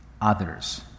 others